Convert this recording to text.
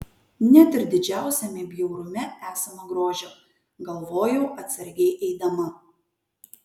net ir didžiausiame bjaurume esama grožio galvojau atsargiai eidama